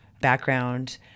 background